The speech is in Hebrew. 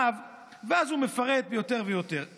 ואז הוא מפרט יותר ויותר.